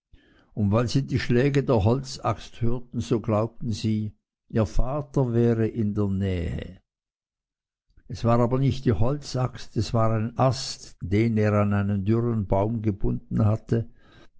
und weil sie die schläge der holzaxt hörten so glaubten sie ihr vater wäre in der nähe es war aber nicht die holzaxt es war ein ast den er an einen dürren baum gebunden hatte